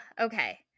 okay